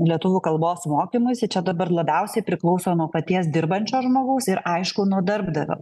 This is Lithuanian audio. lietuvių kalbos mokymuisi čia dabar labiausiai priklauso nuo paties dirbančio žmogaus ir aišku nuo darbdavio